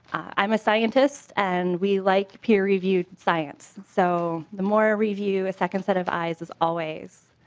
i'm a scientist and we like peer-reviewed science. so the more review a second set of eyes is always